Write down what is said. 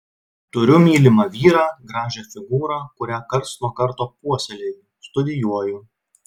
turiu mylimą vyrą gražią figūrą kurią karts nuo karto puoselėju studijuoju